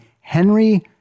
Henry